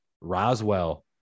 roswell